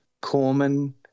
Corman